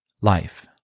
life